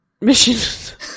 mission